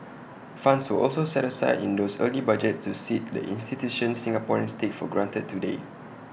funds were also set aside in those early budgets to seed the institutions Singaporeans take for granted today